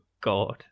God